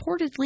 reportedly